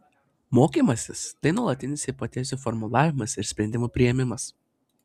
mokymasis tai nuolatinis hipotezių formulavimas ir sprendimų priėmimas